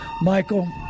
Michael